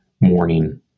morning